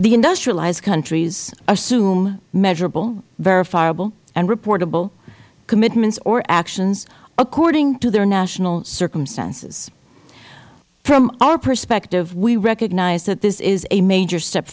the industrialized countries assume measurable verifiable and reportable commitments or actions according to their national circumstances from our perspective we recognize that this is a major step